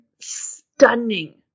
stunning